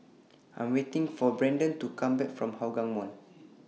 I Am waiting For Brendan to Come Back from Hougang Mall